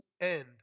end